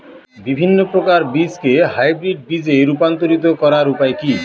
বিভিন্ন প্রকার বীজকে হাইব্রিড বীজ এ রূপান্তরিত করার উপায় কি?